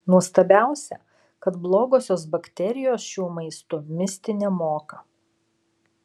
nuostabiausia kad blogosios bakterijos šiuo maistu misti nemoka